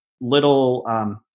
little